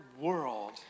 world